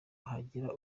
hagira